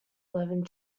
eleven